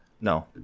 No